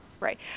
Right